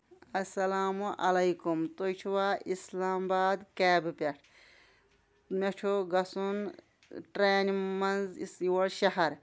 اسلام علیکم تُہۍ چھِوا اسلام آباد کیبہِ پٮ۪ٹھ مےٚ چھُ گژھُن ٹرٛینہِ منٛز یور شہر